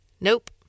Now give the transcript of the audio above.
Nope